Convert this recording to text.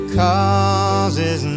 causes